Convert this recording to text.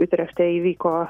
utrechte įvyko